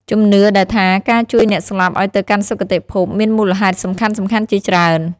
ជំនឿដែលថាការជួយអ្នកស្លាប់ឲ្យទៅកាន់សុគតិភព មានមូលហេតុសំខាន់ៗជាច្រើន។